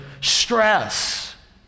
stress